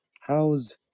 how's